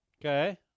Okay